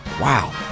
Wow